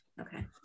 Okay